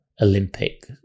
Olympic